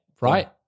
right